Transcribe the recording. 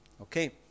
Okay